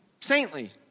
saintly